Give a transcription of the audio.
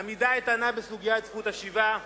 עמידה איתנה בסוגיית זכות השיבה,